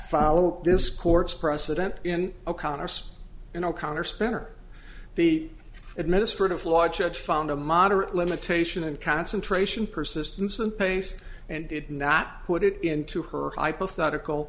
follow this court's precedent in o'connor's and o'connor spener the administrative law judge found a moderate limitation in concentration persistence and pace and did not put it into her hypothetical